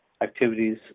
activities